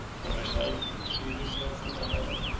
for herself she reserved the diadem,